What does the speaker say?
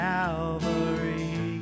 Calvary